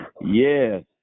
Yes